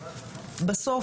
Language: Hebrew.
בסוף,